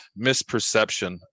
misperception